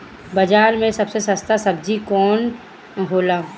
बाजार मे सबसे सस्ता सबजी कौन होला?